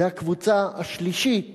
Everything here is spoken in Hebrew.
והקבוצה השלישית